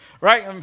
Right